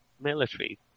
military